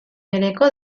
bereko